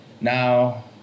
now